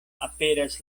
aperas